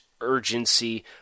urgency